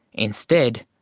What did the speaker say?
instead,